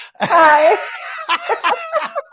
Hi